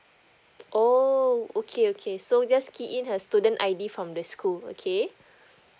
oh okay okay so just key in her student I_D from the school okay